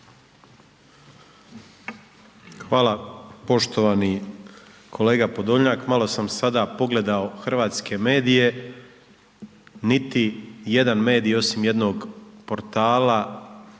Hvala poštovani kolega Podolnjak, malo sam sada pogledao hrvatske medije niti jedan medij osim jednog portala